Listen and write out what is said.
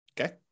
okay